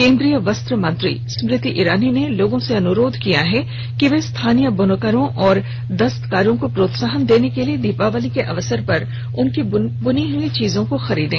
केन्द्रीय वस्त्र मंत्री स्मृति ईरानी ने लोगों से अनुरोध किया है कि वे स्थानीय बुनकरों और दस्तकारों को प्रोत्साहन देने के लिए दीपावली के अवसर पर उनकी बनाई हुई चीजों को खरीदें